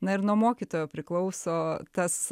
na ir nuo mokytojo priklauso tas